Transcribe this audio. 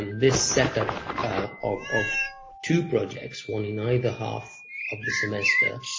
this set up of of two projects, one in either half of the semester,